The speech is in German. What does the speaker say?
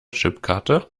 chipkarte